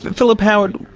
but philip howard,